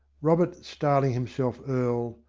robert, styling himself earl,